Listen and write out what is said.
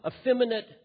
effeminate